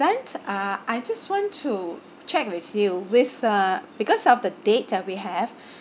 then uh I just want to check with you with uh because of the date that we have